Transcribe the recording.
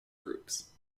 groups